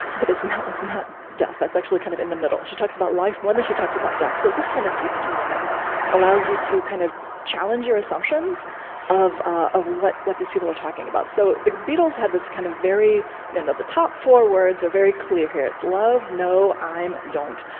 but it's not it's not death. that's actually kind of in the middle. she talks about life more than she talks about death. so this kind of text mining allows you to kind of challenge your assumptions of of what what these people are talking about. so the beatles had this kind of very the top four words are very clear here. it's love, no, i'm, don't.